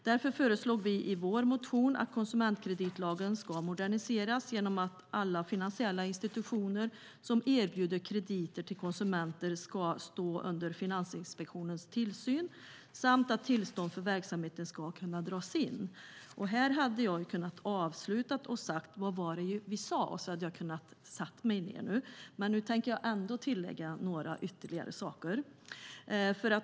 Därför föreslog vi i vår motion att konsumentkreditlagen ska moderniseras genom att alla finansiella institutioner som erbjuder krediter till konsumenter ska stå under Finansinspektionens tillsyn samt att tillstånd för verksamhet ska kunna dras in. Här hade jag kunnat avsluta mitt anförande och sagt: Vad var det vi sade? Men jag tänker tillägga några saker.